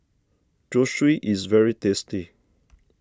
Zosui is very tasty